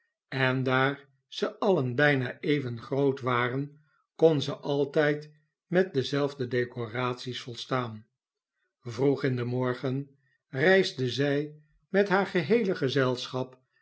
en daar ze alien bijna even groot waren kon ze altijd met dezelfde decoraties volstaan vroeg in den morgen reisde zij met haar geheele gezelschap